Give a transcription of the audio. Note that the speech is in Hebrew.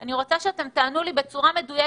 ואני רוצה שתענו לי בצורה מדויקת.